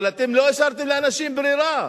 אבל אתם לא השארתם לאנשים ברירה,